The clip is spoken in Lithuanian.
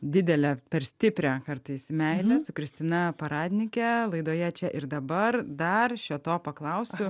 didelę per stiprią kartais meilę su kristina paradnike laidoje čia ir dabar dar šio to paklausiu